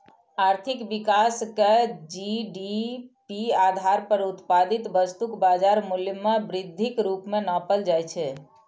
आर्थिक विकास कें जी.डी.पी आधार पर उत्पादित वस्तुक बाजार मूल्य मे वृद्धिक रूप मे नापल जाइ छै